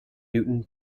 newton